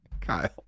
Kyle